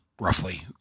roughly